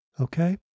Okay